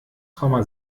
komma